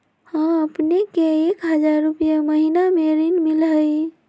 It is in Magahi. हां अपने के एक हजार रु महीने में ऋण मिलहई?